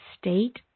state